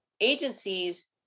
agencies